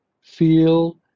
feel